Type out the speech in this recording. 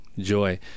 joy